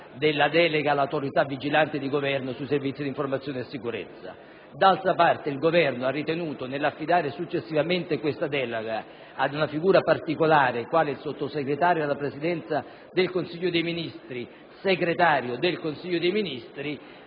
secondo luogo, il Governo ha ritenuto, nell'affidare successivamente la delega ad una figura particolare, quale il Sottosegretario alla Presidenza del Consiglio dei ministri, Segretario del Consiglio medesimo,